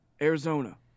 Arizona